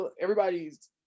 everybody's